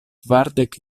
kvardek